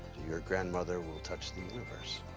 your grandmother will touch the universe.